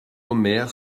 omer